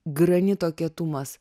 granito kietumas